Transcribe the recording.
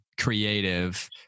creative